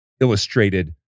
illustrated